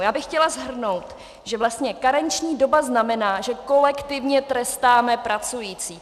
Já bych chtěla shrnout, že vlastně karenční doba znamená, že kolektivně trestáme pracující.